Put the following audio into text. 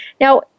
Now